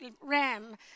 ram